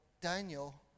Daniel